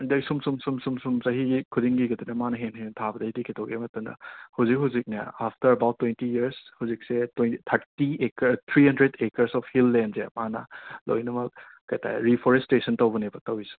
ꯑꯗꯩ ꯁꯨꯝ ꯁꯨꯝ ꯁꯨꯝ ꯁꯨꯝ ꯁꯨꯝ ꯆꯍꯤꯒꯤ ꯈꯨꯗꯤꯡꯒꯤ ꯑꯗꯨꯗ ꯃꯥꯅ ꯍꯦꯟꯅ ꯍꯦꯟꯅ ꯊꯥꯕꯗꯩꯗꯤ ꯀꯩꯗꯧꯔꯛꯀꯦ ꯍꯥꯏꯕ ꯃꯇꯝꯗ ꯍꯨꯖꯤꯛ ꯍꯨꯖꯤꯛꯅꯦ ꯑꯐꯇꯔ ꯑꯕꯥꯎꯠ ꯇ꯭ꯋꯦꯟꯇꯤ ꯏꯌꯥꯔꯁ ꯍꯨꯖꯤꯛꯁꯦ twenty thirty acre three hundred acres of ꯍꯤꯜꯂꯦꯟꯁꯦ ꯃꯥꯅ ꯂꯣꯏꯅꯃꯛ ꯀꯔꯤ ꯍꯥꯏꯇꯥꯔꯦ ꯔꯤꯐꯣꯔꯦꯁꯇꯦꯁꯟ ꯇꯧꯕꯅꯦꯕ ꯇꯧꯔꯤꯁꯦ